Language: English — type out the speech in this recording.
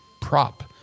prop